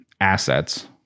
assets